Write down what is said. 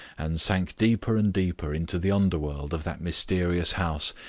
and sank deeper and deeper into the under-world of that mysterious house,